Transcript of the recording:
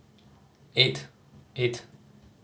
eight eight